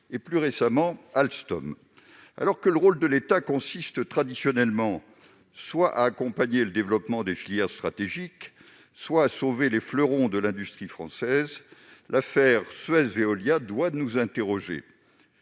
et, plus récemment, Alstom. Alors que le rôle de l'État consiste traditionnellement soit à accompagner le développement des filières stratégiques, soit à sauver les fleurons de l'industrie française, l'affaire Suez-Veolia exige que nous